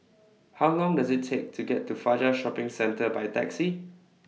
How Long Does IT Take to get to Fajar Shopping Centre By Taxi